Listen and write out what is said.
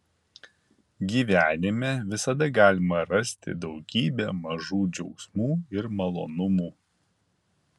gyvenime visada galima rasti daugybę mažų džiaugsmų ir malonumų